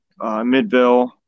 Midville